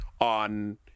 on